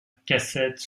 cassette